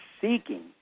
seeking